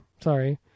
Sorry